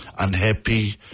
unhappy